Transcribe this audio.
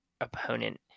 opponent